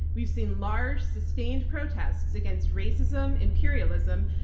we've seen large, sustained protests against racism, imperialism,